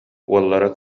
уоллара